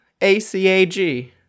A-C-A-G